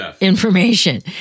information